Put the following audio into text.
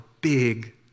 big